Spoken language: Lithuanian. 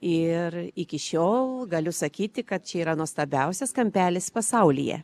ir iki šiol galiu sakyti kad čia yra nuostabiausias kampelis pasaulyje